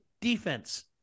defense